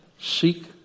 Seek